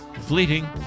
fleeting